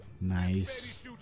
Nice